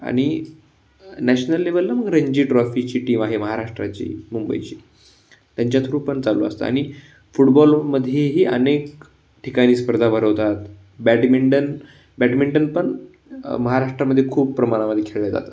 आणि नॅशनल लेवलला मग रणजी ट्रॉफीची टीम आहे महाराष्ट्राची मुंबईची त्यांच्या थ्रू पण चालू असतं आणि फुटबॉलमध्येही अनेक ठिकाणी स्पर्धा भरवतात बॅडमिंटन बॅडमिंटन पण महाराष्ट्रामध्ये खूप प्रमाणामध्ये खेळलं जातं